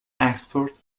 export